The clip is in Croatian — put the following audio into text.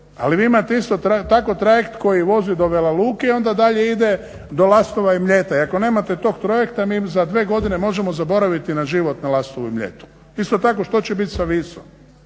ali vi imate isto tako trajekt koji vozi do Vela Luke i onda dalje ide do Lastova i Mljeta i ako nemate tog trajekta mi za dvije godine možemo zaboraviti na život na Lastovu i Mljetu. Isto tako što će biti sa Visom?